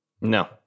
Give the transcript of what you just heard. No